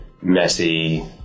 messy